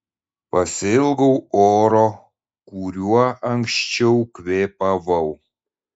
pasiilgau oro kuriuo anksčiau kvėpavau